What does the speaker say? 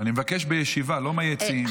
אבקש למנות את הקולות.